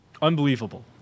Unbelievable